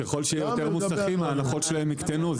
ככל שיהיו יותר מוסכים ההנחות שלהם יקטנו,